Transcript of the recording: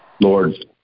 Lord